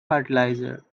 fertilizer